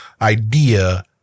idea